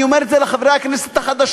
אני אומר את זה לחברי הכנסת החדשים,